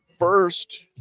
First